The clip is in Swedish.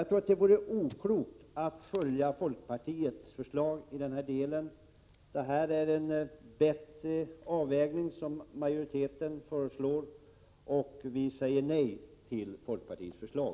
Jag tror att det vore oklokt att följa folkpartiets förslag i denna del. Utskottsmajoriteten föreslår en bättre avvägning, och vi säger nej till folkpartiets förslag.